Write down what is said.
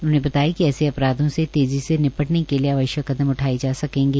उन्होंने बताया कि ऐसे अपराधों से तेजी से निपटने के लिए आवश्यक कदम उठाये जा सकेंगे